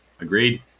Agreed